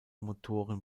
motoren